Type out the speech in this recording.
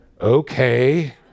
Okay